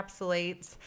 encapsulates